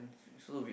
so weird